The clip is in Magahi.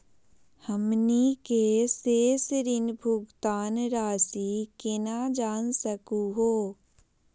हमनी के शेष ऋण भुगतान रासी केना जान सकू हो?